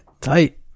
tight